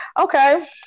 Okay